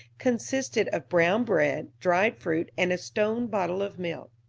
consisted of brown bread, dried fruit, and a stone bottle of milk.